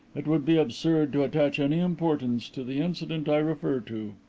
it would be absurd to attach any importance to the incident i refer to.